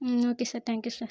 okay sir thank you sir